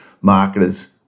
marketers